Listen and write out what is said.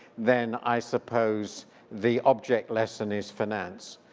then i suppose the object lesson is finance.